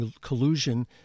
collusion